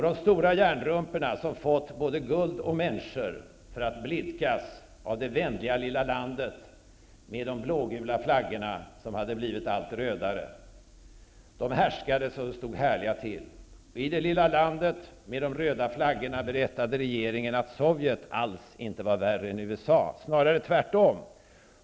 De stora järnrumporna, som fått både guld och människor för att blidkas av det vänliga, lilla landet med de blå-gula flaggorna som hade blivit allt rödare, härskade så att det stod härliga till. I det lilla landet med de röda flaggorna berättade regeringen att Sovjet alls inte var värre än USA, snarare tvärtom.